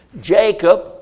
Jacob